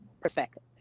perspective